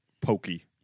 pokey